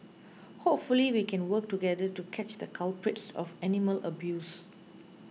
hopefully we can work together to catch the culprits of animal abuse